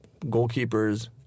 goalkeepers